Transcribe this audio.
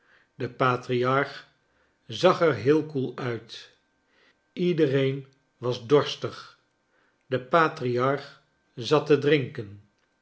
de patriarch zag er heel koel uit iedereen was dors tig de patriarch zat te drinken